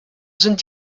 sind